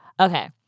Okay